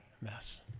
mess